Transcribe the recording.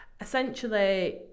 Essentially